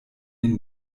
den